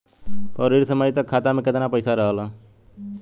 फरवरी से मई तक खाता में केतना पईसा रहल ह?